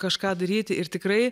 kažką daryti ir tikrai